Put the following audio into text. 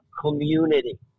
community